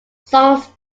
songs